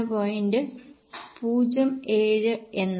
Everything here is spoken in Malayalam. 07 എന്നായി